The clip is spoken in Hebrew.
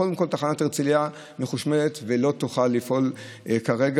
קודם כול תחנת הרצליה מחושמלת ולא תוכל לפעול כרגע,